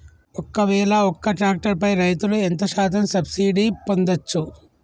ఒక్కవేల ఒక్క ట్రాక్టర్ పై రైతులు ఎంత శాతం సబ్సిడీ పొందచ్చు?